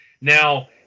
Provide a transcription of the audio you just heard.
now